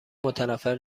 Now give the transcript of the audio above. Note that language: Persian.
متنفر